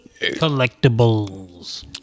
Collectibles